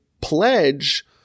pledge